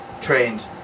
Trained